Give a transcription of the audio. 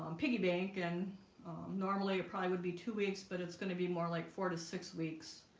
um piggy bank and normally it probably would be two weeks, but it's going to be more like four to six weeks